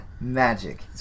Magic